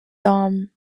thom